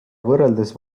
võrreldes